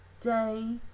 day